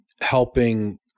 helping